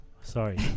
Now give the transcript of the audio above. Sorry